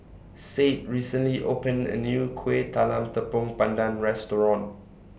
Sade recently opened A New Kueh Talam Tepong Pandan Restaurant